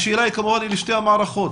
השאלה היא כמובן על שתי המערכות,